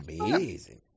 amazing